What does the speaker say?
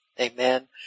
Amen